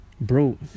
bro